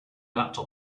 laptop